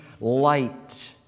light